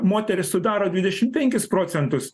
moterys sudaro dvidešim penkis procentus